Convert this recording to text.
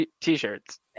t-shirts